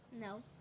No